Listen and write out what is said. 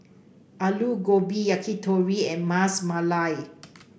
Alu Gobi Yakitori and Ras Malai